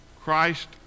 Christ